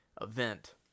event